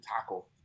tackle